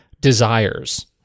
desires